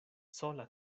sola